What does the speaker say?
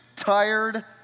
tired